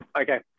okay